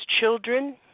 children